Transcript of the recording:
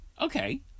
okay